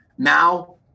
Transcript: Now